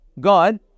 God